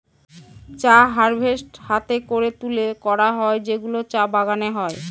চা হারভেস্ট হাতে করে তুলে করা হয় যেগুলো চা বাগানে হয়